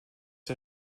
der